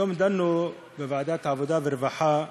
היום דנו בוועדת העבודה והרווחה,